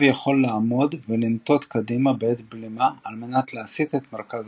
יכול לעמוד ולנטות קדימה בעת בלימה על מנת להסיט את מרכז